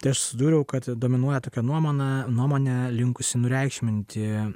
tai aš susidūriau kad dominuoja tokia nuomonė nuomonė linkusi nureikšminti